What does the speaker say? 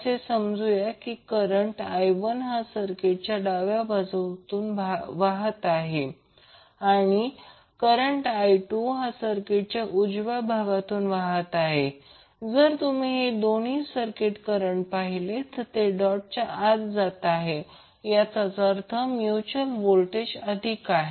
असे समजूया की करंट I1 हा सर्किटच्या डाव्या भागातून वाहत आहे आणि करंट I2 हा सर्किटच्या उजव्या भागातून वाहत आहे जर तुम्ही हे दोन्ही करंट पाहिले तर ते डॉटच्या आत जात आहेत याचाच अर्थ म्युच्युअल व्होल्टेज अधिक आहे